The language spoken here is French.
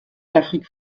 l’afrique